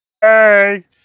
Hey